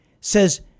Says